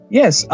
yes